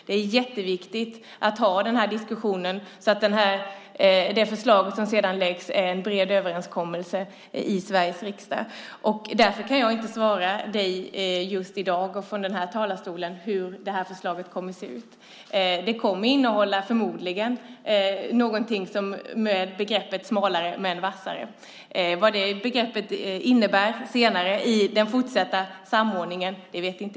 Det är jätteviktigt att föra den här diskussionen så att det förslag som sedan läggs fram är en bred överenskommelse i Sveriges riksdag. Därför kan jag inte svara dig just i dag och från den här talarstolen på hur förslaget kommer att se ut. Det kommer förmodligen att innehålla någonting i stil med begreppet smalare men vassare. Men jag vet inte vad det begreppet senare innebär i den fortsatta samordningen.